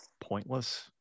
pointless